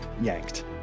yanked